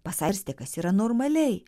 pasvarstė kas yra normaliai